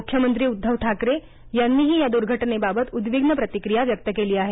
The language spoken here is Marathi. मुख्यमंत्री उद्घव ठाकरे यांनीही या दुर्घटनेबाबत उद्विग्न प्रतिक्रिया व्यक्त केली आहे